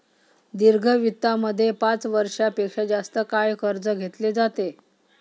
दीर्घ वित्तामध्ये पाच वर्षां पेक्षा जास्त काळ कर्ज घेतले जाते